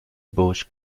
busch